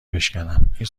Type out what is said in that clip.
بشکنم، این